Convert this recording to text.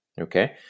Okay